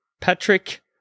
patrick